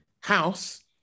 house